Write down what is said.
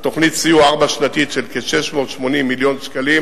תוכנית סיוע ארבע-שנתית של כ-680 מיליון שקלים,